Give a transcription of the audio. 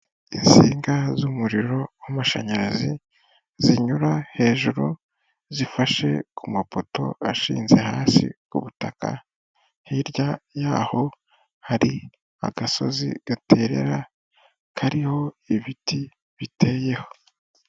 Insinga z'umuriro w'amashanyarazi zinyura hejuru zifashe ku mapoto ashinze hasi ku butaka, hirya yaho hari agasozi gaterera kariho ibiti biteyeho.